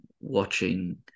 watching